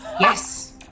Yes